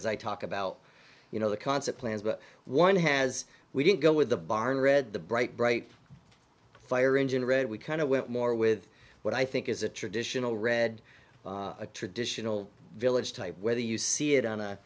as i talk about you know the concept plans but one has we didn't go with the barn read the bright bright fire engine red we kind of went more with what i think is a traditional red a traditional village type where you see it on